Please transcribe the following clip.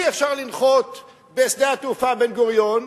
אי-אפשר לנחות בשדה התעופה בן-גוריון,